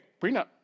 prenup